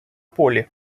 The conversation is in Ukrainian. полі